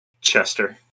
Chester